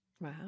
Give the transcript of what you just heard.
Wow